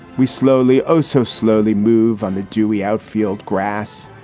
we slowly oh so slowly move on the dewy outfield grass,